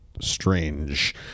strange